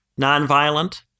nonviolent